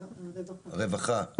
הרווחה.